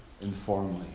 informally